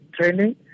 training